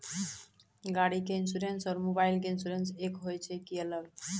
गाड़ी के इंश्योरेंस और मोबाइल के इंश्योरेंस एक होय छै कि अलग?